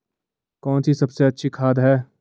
कौन सी सबसे अच्छी खाद है?